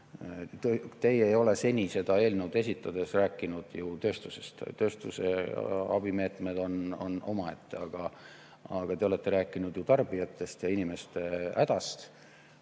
Teie ei ole seda eelnõu esitades seni rääkinud ju tööstusest. Tööstuse abimeetmed on omaette. Te olete rääkinud tarbijatest ja inimeste hädast.